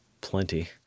plenty